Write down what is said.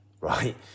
right